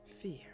fear